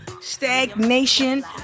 stagnation